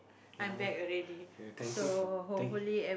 never we thank for thank you